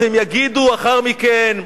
אז הם יגידו לאחר מכן: